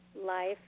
Life